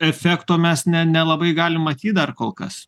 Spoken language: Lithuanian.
efekto mes ne nelabai galim matyt dar kol kas